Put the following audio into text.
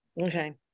Okay